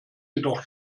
jedoch